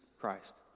Christ